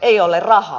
ei ole rahaa